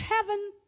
heaven